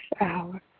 hour